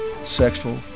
sexual